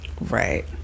Right